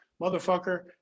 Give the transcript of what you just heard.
motherfucker